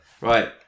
right